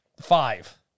Five